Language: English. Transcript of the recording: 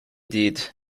did